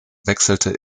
wechselte